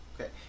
Okay